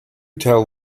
tell